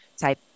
type